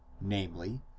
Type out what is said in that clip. namely